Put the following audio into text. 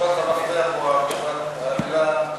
המפתח הוא המילה "לצערנו".